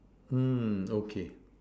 mm okay